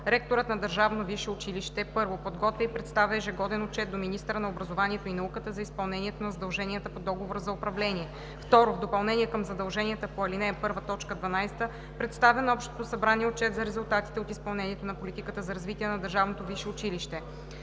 Ректорът на държавно висше училище: 1. подготвя и представя ежегоден отчет до министъра на образованието и науката за изпълнението на задълженията по договора за управление; 2. в допълнение към задълженията по ал. 1, т. 12 представя на общото събрание отчет за резултатите от изпълнението на политиката за развитие на държавното висшето училище.“